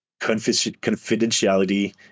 confidentiality